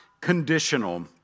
conditional